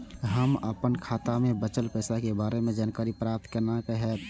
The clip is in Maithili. हम अपन खाता में बचल पैसा के बारे में जानकारी प्राप्त केना हैत?